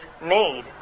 made